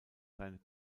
seine